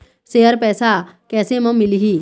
Share पैसा कैसे म मिलही?